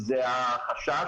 זה החשש,